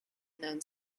known